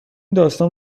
داستان